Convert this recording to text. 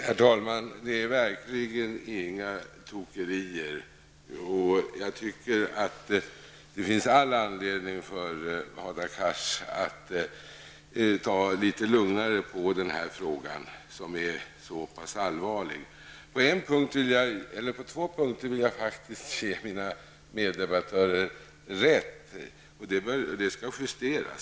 Herr talman! Det är verkligen inte fråga om några tokerier. Jag tycker att Hadar Cars har all anledning att ta det litet lugnare i den här frågan, som ju är så pass allvarlig. På två punkter vill jag faktiskt ge mina meddebattörer rätt: Det skall vara en justering.